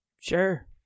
Sure